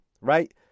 right